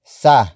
sa